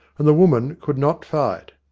and the woman could not fight.